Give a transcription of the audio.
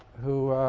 who